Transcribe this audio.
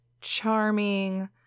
charming